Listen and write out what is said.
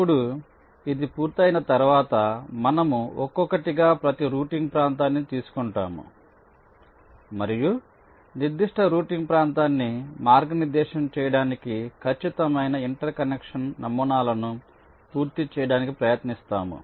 ఇప్పుడు ఇది పూర్తయిన తర్వాత మనము ఒక్కొక్కటిగా ప్రతి రౌటింగ్ ప్రాంతాన్ని తీసుకుంటాము మరియు నిర్దిష్ట రౌటింగ్ ప్రాంతాన్ని మార్గనిర్దేశం చేయడానికి ఖచ్చితమైన ఇంటర్ కనెక్షన్ నమూనాలను పూర్తి చేయడానికి ప్రయత్నిస్తాము